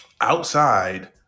outside